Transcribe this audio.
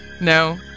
No